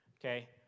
okay